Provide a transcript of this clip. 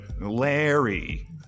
Larry